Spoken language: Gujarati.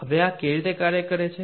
હવે આ કેવી રીતે કાર્ય કરે છે